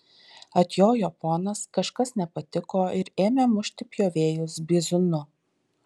atjojo ponas kažkas nepatiko ir ėmė mušti pjovėjus bizūnu